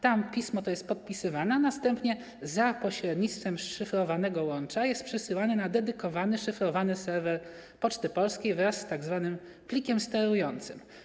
Tam pismo to jest podpisywane, a następnie za pośrednictwem szyfrowanego łącza jest przesyłane na dedykowany szyfrowany serwer Poczty Polskiej wraz z tzw. plikiem sterującym.